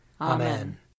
Amen